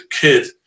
kid